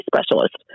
specialist